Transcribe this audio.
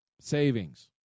savings